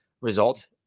result